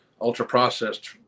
ultra-processed